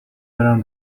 برم